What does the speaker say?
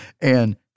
and-